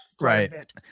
Right